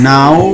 Now